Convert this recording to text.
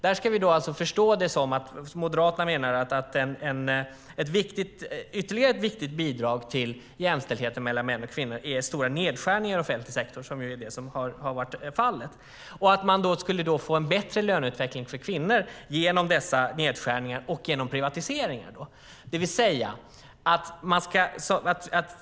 Där ska vi alltså förstå det som att Moderaterna menar att ytterligare ett viktigt bidrag till jämställdheten mellan män och kvinnor är stora nedskärningar i offentlig sektor - som ju är det som har varit fallet - och att man skulle få en bättre löneutveckling för kvinnor genom dessa nedskärningar och genom privatiseringar.